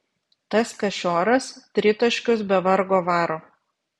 tas kašioras tritaškius be vargo varo